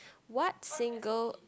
what single